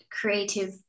creative